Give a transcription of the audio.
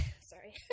sorry